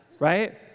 right